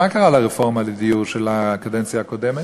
מה קרה לרפורמה לדיור של הקדנציה הקודמת?